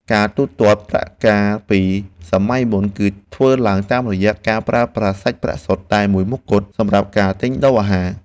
ការទូទាត់ប្រាក់កាលពីសម័យមុន គឺធ្វើឡើងតាមរយៈការប្រើប្រាស់សាច់ប្រាក់សុទ្ធតែមួយមុខគត់សម្រាប់ការទិញដូរអាហារ។